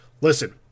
Listen